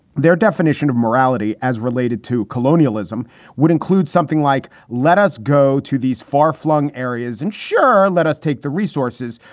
their definition of morality as related to colonialism would include something like let us go to these far flung areas and sure, let us take the resources.